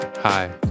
Hi